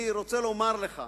אני רוצה לומר לך,